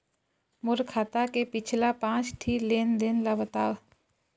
मोर खाता के पिछला पांच ठी लेन देन ला बताव?